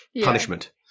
Punishment